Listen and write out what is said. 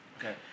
Okay